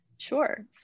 Sure